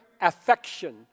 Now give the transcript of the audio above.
affection